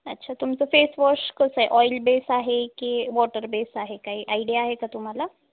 अच्छा तुमचं फेसवॉश कसं आहे ऑईल बेस आहे की वॉटर बेस आहे काही आयडिया आहे का तुम्हाला